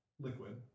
liquid